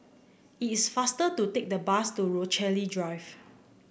it's faster to take the bus to Rochalie Drive